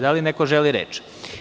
Da li neko želi reč?